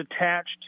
attached